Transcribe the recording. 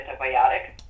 antibiotic